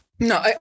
No